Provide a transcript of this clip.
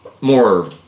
more